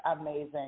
amazing